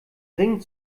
ring